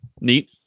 Neat